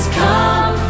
come